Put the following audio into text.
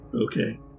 Okay